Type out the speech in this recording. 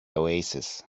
oasis